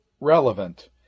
relevant